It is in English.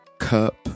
cup